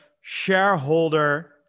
shareholder